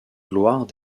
gloire